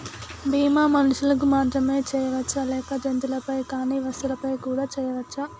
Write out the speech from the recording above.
బీమా మనుషులకు మాత్రమే చెయ్యవచ్చా లేక జంతువులపై కానీ వస్తువులపై కూడా చేయ వచ్చా?